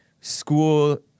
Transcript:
school